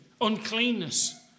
uncleanness